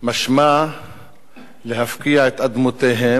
משמע להפקיע את אדמותיהם,